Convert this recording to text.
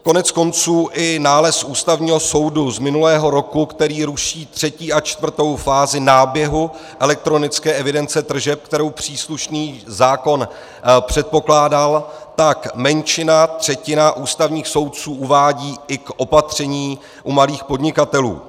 Koneckonců i nález Ústavního soudu z minulého roku, který ruší třetí a čtvrtou fázi náběhu elektronické evidence tržeb, kterou příslušný zákon předpokládal, tak menšina, třetina ústavních soudců uvádí i k opatření u malých podnikatelů.